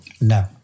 No